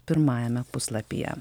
pirmajame puslapyje